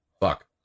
Fuck